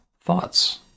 Thoughts